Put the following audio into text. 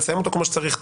נסיים אותו כמו שצריך,